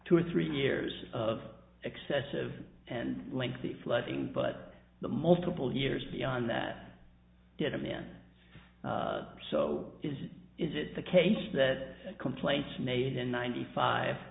two or three years of excessive and lengthy flooding but the multiple years beyond that get a man so is is it the case that complaints made in